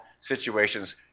situations